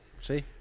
See